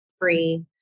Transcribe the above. free